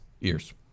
Ears